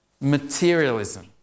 Materialism